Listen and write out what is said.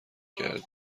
کردیم